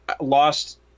Lost